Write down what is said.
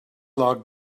log